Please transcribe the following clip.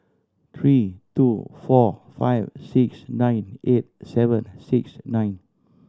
three two four five six nine eight seven six nine